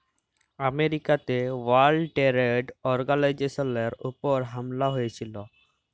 আমেরিকাতে world trade অর্গালাইজেশলের উপর হামলা হঁয়েছিল